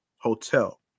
Hotel